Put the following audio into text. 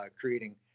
creating